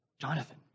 Jonathan